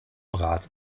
rat